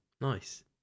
nice